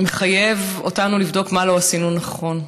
מחייב אותנו לבדוק מה לא עשינו נכון.